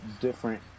different